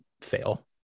fail